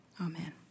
Amen